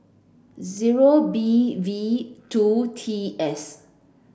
zero B V two T S